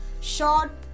short